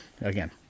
again